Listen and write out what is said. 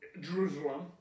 Jerusalem